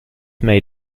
made